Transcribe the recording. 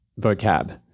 vocab